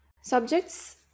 subjects